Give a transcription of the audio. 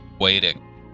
waiting